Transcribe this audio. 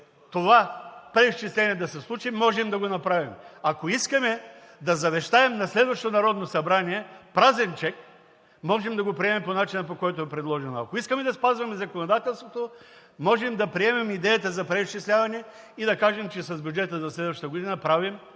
това преизчисление да се случи, можем да го направим. Ако искаме да завещаем на следващото Народно събрание празен чек, можем да го приемем по начина, по който е предложено. Ако искаме да спазваме законодателството, можем да приемем идеята за преизчисляване и да кажем, че с бюджета за следващата година правим